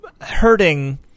hurting